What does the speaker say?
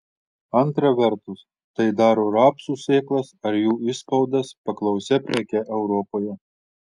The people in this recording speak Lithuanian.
antra vertus tai daro rapsų sėklas ar jų išspaudas paklausia preke europoje